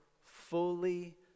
fully